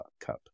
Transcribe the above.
cup